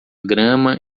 grama